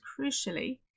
crucially